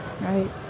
Right